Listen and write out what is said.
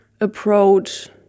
approach